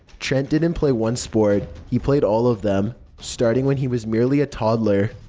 trent didn't play one sport, he played all of them, starting when he was merely a toddler.